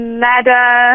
ladder